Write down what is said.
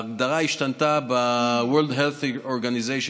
ההגדרה השתנתה ב-World Health Organization,